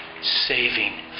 saving